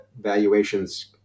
valuations